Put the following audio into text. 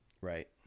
right